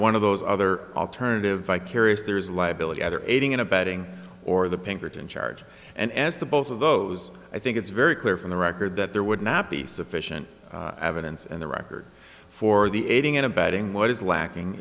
one of those other alternative vicarious there is liability either aiding and abetting or the pinkerton charge and as to both of those i think it's very clear from the record that there would not be sufficient evidence and the record for the aiding and abetting what is lacking